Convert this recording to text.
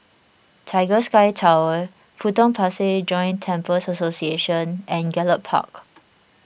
Tiger Sky Tower Potong Pasir Joint Temples Association and Gallop Park